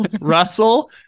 Russell